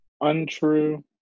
untrue